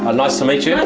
ah nice to meet you.